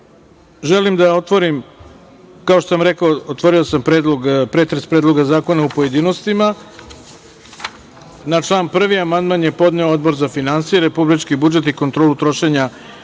želim da otvorim, kao što sam rekao, otvorio sam pretres Predloga zakona u pojedinostima. Na član 1. amandman je podneo Odbor za finansije, republički budžet i kontrolu trošenja